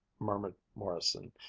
murmured morrison.